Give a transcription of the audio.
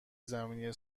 زمینی